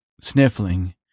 Sniffling